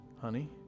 honey